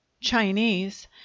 Chinese